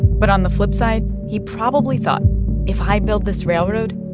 but on the flip side, he probably thought if i build this railroad,